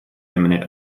imminent